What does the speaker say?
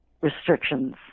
restrictions